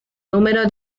número